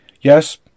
Yes